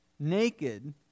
naked